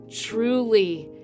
truly